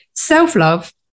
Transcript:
self-love